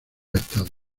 estados